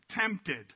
tempted